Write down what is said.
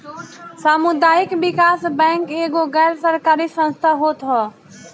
सामुदायिक विकास बैंक एगो गैर सरकारी संस्था होत हअ